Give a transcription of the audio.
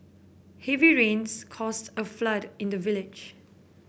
heavy rains caused a flood in the village